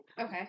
Okay